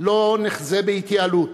לא נחזה בהתייעלות.